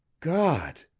god!